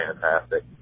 fantastic